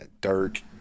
Dirk